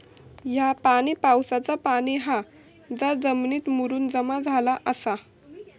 ह्या पाणी पावसाचा पाणी हा जा जमिनीत मुरून जमा झाला आसा